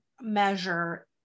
measure